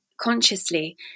consciously